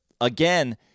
again